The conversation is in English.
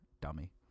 Dummy